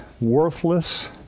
worthless